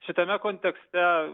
šitame kontekste